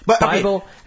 Bible